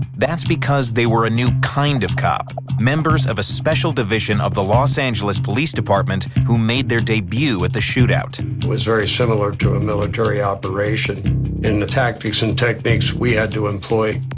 that's because they were a new kind of cop, members of a special division of the los angeles police department who made their debut at the shoot out. it was very similar to a military operation in the tactics and techniques we had to employ.